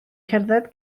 cerdded